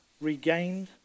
regained